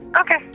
Okay